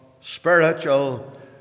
spiritual